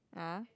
ah